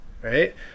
Right